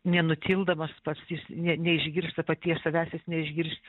nenutildamas pats jis ne neišgirsta paties savęs jis neišgirs